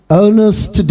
earnest